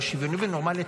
אבל שוויוני ונורמלי,